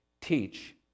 teach